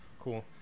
Cool